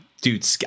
Dude